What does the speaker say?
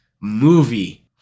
movie